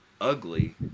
ugly